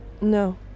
No